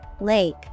lake